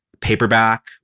paperback